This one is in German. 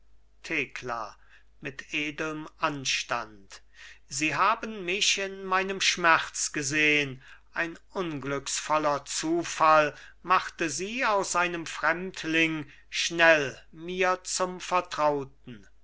thekla mit edelm anstand sie haben mich in meinem schmerz gesehn ein unglücksvoller zufall machte sie aus einem fremdling schnell mir zum vertrauten